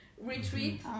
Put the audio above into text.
retreat